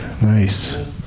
Nice